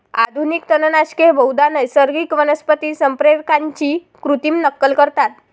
आधुनिक तणनाशके बहुधा नैसर्गिक वनस्पती संप्रेरकांची कृत्रिम नक्कल करतात